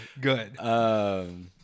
Good